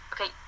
Okay